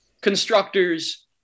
constructors